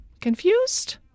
Confused